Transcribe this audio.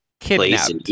Kidnapped